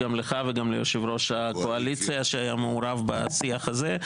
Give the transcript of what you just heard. גם לך וגם ליושב ראש הקואליציה שמעורב בשיח הזה.